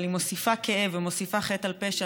אבל היא מוסיפה כאב ומוסיפה חטא על פשע